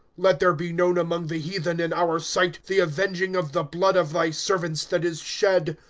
let there be known among the heathen, in our sight, the avenging of the blood of thy servants that is shed.